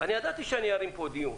אני ידעתי שארים את הדיון,